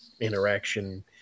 interaction